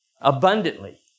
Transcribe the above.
abundantly